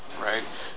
Right